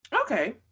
Okay